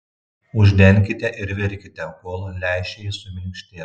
uždenkite ir virkite kol lęšiai suminkštės